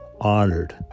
honored